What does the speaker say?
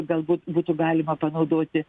galbūt būtų galima panaudoti